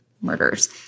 murders